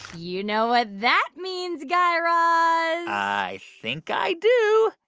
you know what that means, guy raz i think i do.